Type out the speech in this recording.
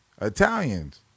Italians